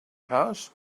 house